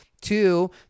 Two